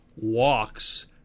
walks